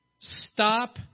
Stop